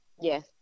Yes